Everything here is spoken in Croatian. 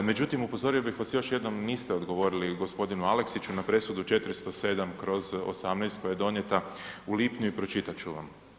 Međutim, upozorio bih vas još jednom niste odgovorili gospodinu Aleksiću na presudu 407/18 koja je donijeta u lipnju i pročitat ću vam.